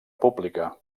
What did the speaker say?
pública